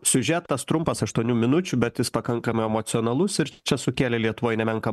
siužetas trumpas aštuonių minučių bet jis pakankamai emocionalus ir čia sukėlė lietuvoj nemenką